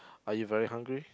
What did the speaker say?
are you very hungry